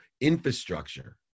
infrastructure